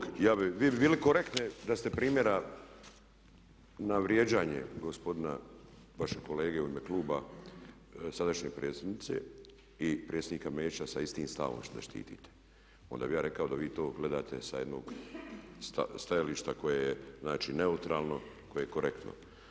Kolega Bauk, ja bi, vi bi bili korektni da ste primjera na vrijeđanje gospodina vašeg kolege u ime kluba sadašnje predsjednice i predsjednika Mesića sa istim stavom da štitite onda bih ja rekao da vi to gledate sa jednog stajališta koje je znači neutralno, koje se korektno.